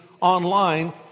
online